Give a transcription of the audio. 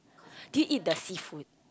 do you eat the seafood